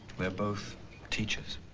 they're both teachers